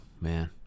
man